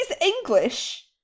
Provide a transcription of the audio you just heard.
English